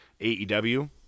AEW